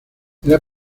era